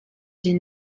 die